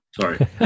Sorry